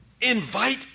Invite